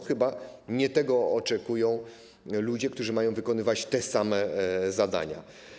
Chyba nie tego oczekują ludzie, którzy mają wykonywać te same zadania.